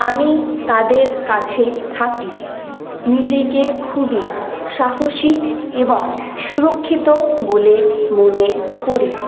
আমি তাঁদের কাছে থাকি নিজেকে খুবই সাহসী এবং সুরক্ষিত বলে মনে করি